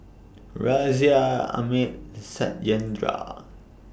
Razia Amit Satyendra